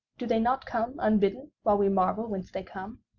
do they not come unbidden, while we marvel whence they come?